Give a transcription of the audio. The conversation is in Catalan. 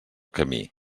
camí